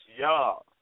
y'all